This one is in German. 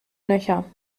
nöcher